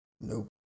Nope